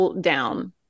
down